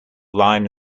line